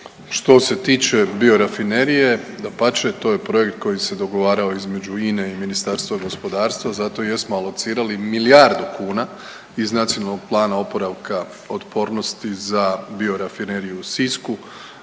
Što se tiče biorafinerije, dapače to je projekt koji se dogovarao između INA-e i Ministarstva gospodarstva. Zato jesmo alocirali milijardu kuna iz Nacionalnog plana oporavka, otpornosti za biorafineriju u Sisku.